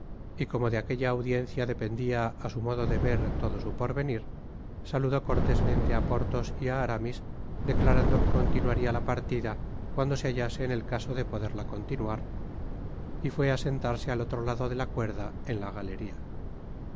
y como de aquella audiencia dependía á su modo de ver todo su porvenir saludó cortesmente á porthos y á aramis declarando que continuaría la partida cuando se hallase en el caso de'poderla continuar y fué á sentarse al otro lado de la cuerda en la galería